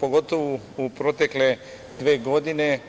pogotovo u protekle dve godine.